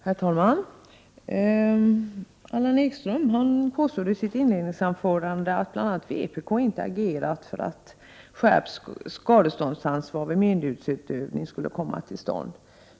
Herr talman! Allan Ekström påstod i sitt inledningsanförande att bl.a. vpk inte agerat för att skärpt skadeståndsansvar vid myndighetsutövning skall komma till stånd.